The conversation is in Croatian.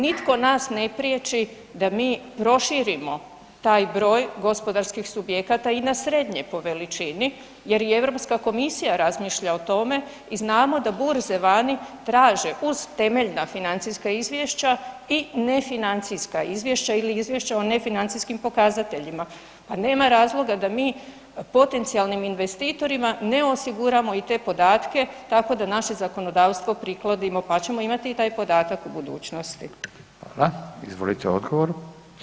Nitko nas ne priječi da mi proširimo taj broj gospodarskih subjekata ina srednje po veličini jer i Europska komisija razmišlja o tome i znamo da burze vani traže uz temeljna financijska izvješća i nefinancijska izvješća ili izvješća o nefinancijskim pokazateljima a nema razloga da mi potencijalnim investitorima ne osiguramo i te podatke tako da naše zakonodavstvo prikladimo pa ćemo imati i taj podatak u budućnosti.